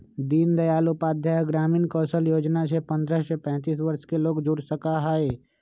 दीन दयाल उपाध्याय ग्रामीण कौशल योजना से पंद्रह से पैतींस वर्ष के लोग जुड़ सका हई